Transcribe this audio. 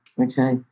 okay